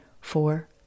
Four